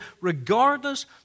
regardless